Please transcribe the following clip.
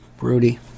Rudy